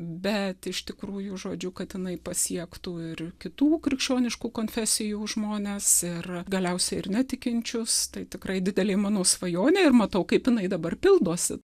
bet iš tikrųjų žodžiu kad jinai pasiektų ir kitų krikščioniškų konfesijų žmones ir galiausia ir netikinčius tai tikrai didelė mano svajonė ir matau kaip jinai dabar pildosi